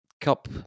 cup